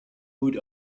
good